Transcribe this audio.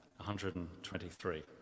123